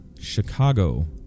Chicago